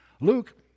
Luke